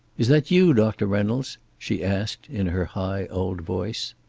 is that you, doctor reynolds? she asked, in her high old voice.